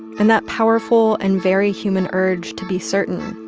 and that powerful and very human urge to be certain,